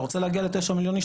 אתה רוצה להגיע ל-9 מיליון איש,